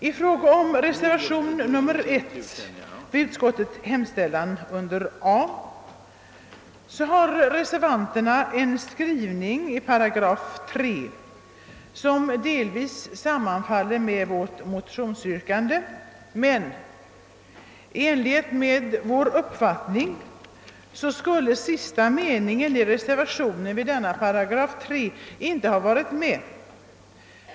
I fråga om reservationen I vid utskottets hemställan under A har reservanterna en skrivning beträffande 3§ som delvis sammanfaller med vårt motionsyrkande, men enligt vår uppfattning borde den sista meningen i reservationen inte ha varit med.